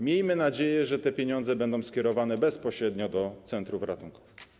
Miejmy nadzieję, że te pieniądze będą skierowane bezpośrednio do centrów ratunkowych.